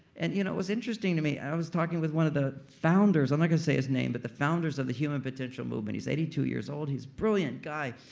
and you know interesting to me, i was talking with one of the founders, i'm not gonna say his name, but the founders of the human potential movement. he's eighty two years old he's brilliant guy.